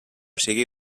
sigui